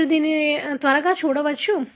మీరు దీన్ని త్వరగా చూడవచ్చు